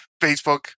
Facebook